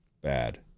Bad